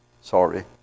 Sorry